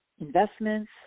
investments